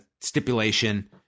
stipulation